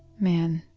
man,